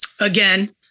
again